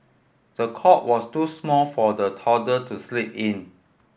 the cot was too small for the toddler to sleep in